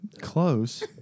Close